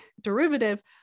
derivative